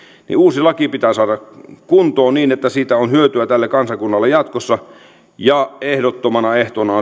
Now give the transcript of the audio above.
niin uusi laki pitää saada kuntoon niin että siitä on hyötyä tälle kansakunnalle jatkossa ehdottomana ehtona